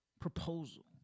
proposal